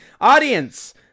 audience